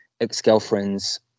ex-girlfriend's